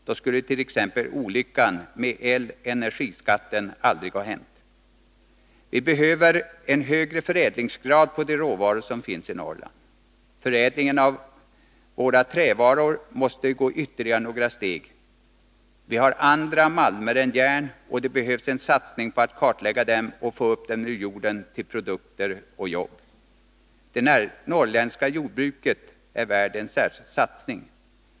Då skulle t.ex. olyckan med elenergiskatten aldrig ha hänt. Vi behöver en högre förädlingsgrad på de råvaror som finns i Norrland. Förädlingen av våra trävaror måste gå ytterligare några steg. Vi har andra malmer än järn, och det behövs en satsning på att kartlägga dem och få upp dem ur jorden till produkter och jobb. Det norrländska jordbruket är värt en särskild satsning.